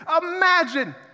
Imagine